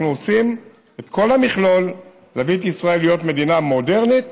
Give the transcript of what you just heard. אנחנו עושים את כל המכלול להביא את ישראל להיות מדינה מודרנית,